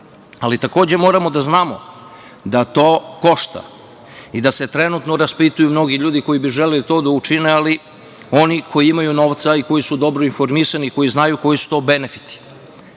za kilovat. Moramo da znamo da to košta i da se trenutno raspituju mnogi ljudi koji bi želeli da to učine, ali oni koji imaju novca i koji su dobro informisani, koji znaju koji su to benefiti,